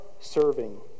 serving